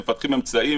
מפתחים אמצעים,